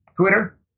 Twitter